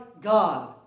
God